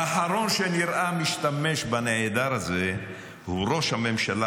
האחרון שנראה משתמש בנעדר הזה הוא ראש הממשלה,